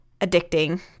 addicting